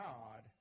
God